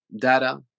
data